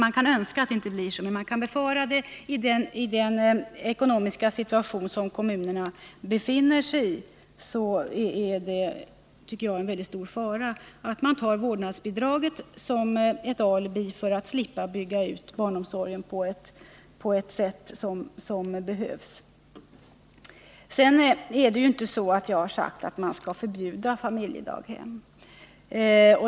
Man kan önska att det inte blir så, men i den ekonomiska situation som kommunerna befinner sig i är det en mycket stor fara att man tar vårdnadsbidraget som alibi för att slippa bygga ut barnomsorgen på det sätt som behövs. Sedan är det ju inte så att jag har sagt att man skall förbjuda familjedaghem.